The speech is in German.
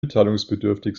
mitteilungsbedürftig